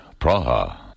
Praha